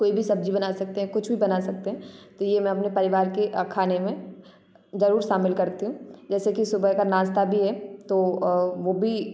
कोई भी सब्जी बना सकते हैं कुछ भी बना सकते हैं तो ये मैं अपने परिवार के खाने में जरूर शामिल करती हूँ जैसे कि सुबह का नास्ता भी है तो वो भी